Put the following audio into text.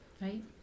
right